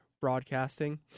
Broadcasting